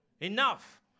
Enough